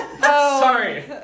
Sorry